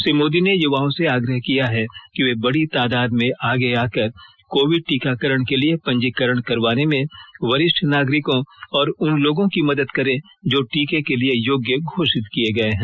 श्री मोदी ने युवाओं से आग्रह किया है कि वे बड़ी तादाद में आगे आकर कोविड टीकाकारण के लिए पंजीकरण करवाने में वरिष्ठ नागरिकों और उन लोगों की मदद करें जो टीके के लिए योग्य घोषित किए गए हैं